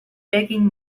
begging